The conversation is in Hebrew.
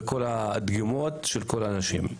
על כל הדגימות של כול האנשים.